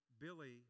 Billy